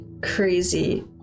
crazy